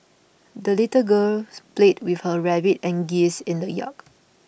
the little girl played with her rabbit and geese in the yard